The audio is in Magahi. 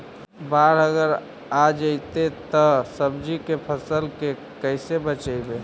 बाढ़ अगर आ जैतै त सब्जी के फ़सल के कैसे बचइबै?